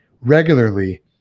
regularly